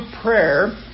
prayer